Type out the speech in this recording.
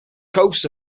coasts